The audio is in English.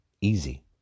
easy